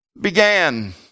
began